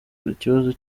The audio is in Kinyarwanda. ikibazo